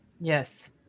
Yes